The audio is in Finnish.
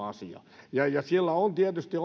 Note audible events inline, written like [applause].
[unintelligible] asia sillä on tietysti [unintelligible]